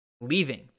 leaving